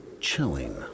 chilling